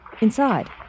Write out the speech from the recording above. Inside